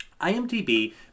IMDb